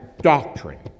doctrine